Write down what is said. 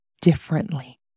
differently